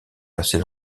passées